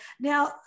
now